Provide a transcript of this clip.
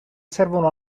servono